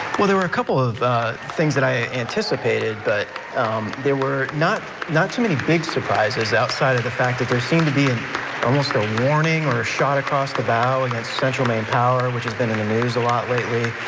well there were a couple of things that i anticipated, but um there were not not too many big surprises outside of the fact there seemed to be almost a warning or a shot across the bow against central maine power, which has been in the news a lot lately,